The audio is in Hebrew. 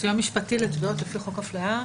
סיוע משפטי בתביעות לפי חוק לאיסור הפליה.